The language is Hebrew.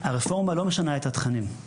הרפורמה לא משנה את התכנים,